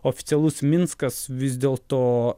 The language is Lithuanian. oficialus minskas vis dėlto